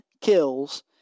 kills